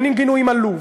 אין גינויים על לוב,